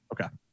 Okay